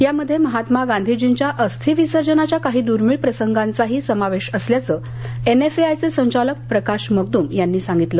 यामध्ये महात्मा गांधीजींच्या अस्थिविसर्जनाच्या काही दूर्मिळ प्रसंगांचाही समावेश असल्याच एनएफएआयचे संचालक प्रकाश मकदूम यांनी सांगितलं